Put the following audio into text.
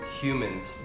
humans